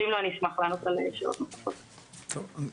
ואם לא,